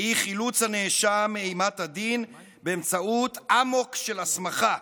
והיא חילוץ הנאשם מאימת הדין באמצעות אמוק של הסמכה.